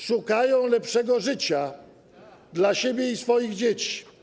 Szukają lepszego życia dla siebie i swoich dzieci.